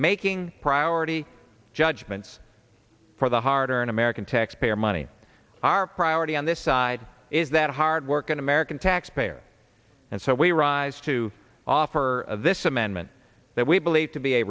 making priority judgments for the harder an american taxpayer money our priority on this side is that hardworking american taxpayer and so we rise to offer this amendment that we believe to be